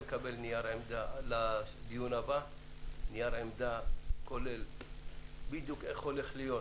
לקבל לדיון הבא נייר עמדה שאומר בדיוק איך זה הולך להיות